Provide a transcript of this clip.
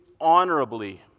honorably